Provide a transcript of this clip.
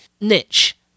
niche